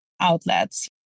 outlets